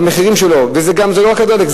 וזה לא רק הדלק,